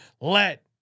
Let